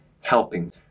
helping